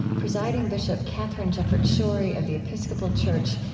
presiding bishop katharine jefferts schori of the episcopal church,